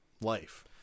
life